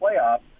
playoffs